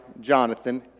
Jonathan